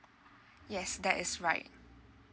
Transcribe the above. yes that is right